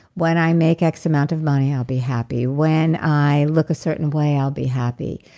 when i make x amount of money, i'll be happy. when i look a certain way, i'll be happy.